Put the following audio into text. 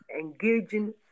engaging